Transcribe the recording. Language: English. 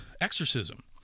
exorcism